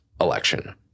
election